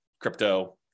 crypto